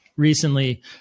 Recently